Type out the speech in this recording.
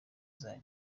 zanyu